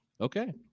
Okay